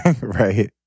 Right